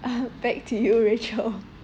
back to you rachel